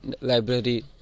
library